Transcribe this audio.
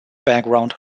background